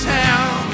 town